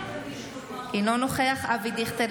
אינו נוכח אבי דיכטר,